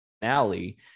finale